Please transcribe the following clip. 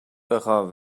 بخواب